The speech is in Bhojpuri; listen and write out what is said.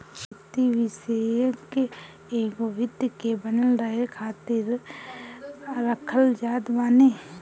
वित्तीय विषेशज्ञ एगो वित्त के बनल रहे खातिर रखल जात बाने